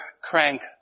crank